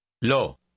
Lo